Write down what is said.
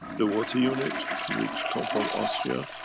the water unit which come from austria.